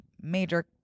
major